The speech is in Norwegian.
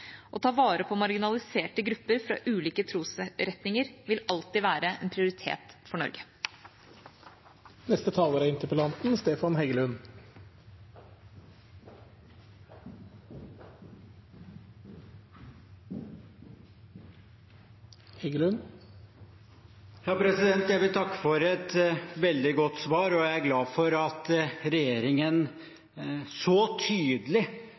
Å ta vare på marginaliserte grupper fra ulike trosretninger vil alltid være en prioritet for Norge. Jeg vil takke for et veldig godt svar. Jeg er glad for at regjeringen så tydelig